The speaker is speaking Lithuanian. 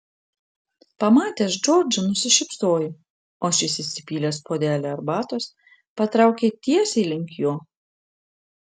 pamatęs džordžą nusišypsojo o šis įsipylęs puodelį arbatos patraukė tiesiai link jo